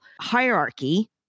hierarchy